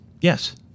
Yes